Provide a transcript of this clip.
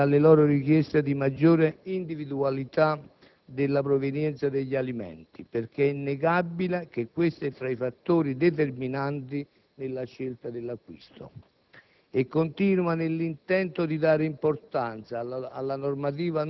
L'esigenza nasce dai considerati bisogni dei consumatori e dalla loro richiesta di maggiore individuabilità della provenienza degli alimenti, perché è innegabile che questa è tra i fattori determinanti nella scelta dell'acquisto.